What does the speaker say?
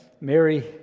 Mary